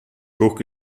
buc